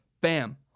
bam